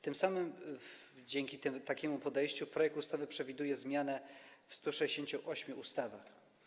Tym samym, dzięki takiemu podejściu, projekt ustawy przewiduje zmiany w 168 ustawach.